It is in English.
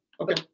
Okay